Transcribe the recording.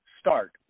start